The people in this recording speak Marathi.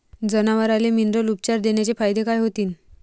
जनावराले मिनरल उपचार देण्याचे फायदे काय होतीन?